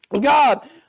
God